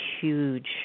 huge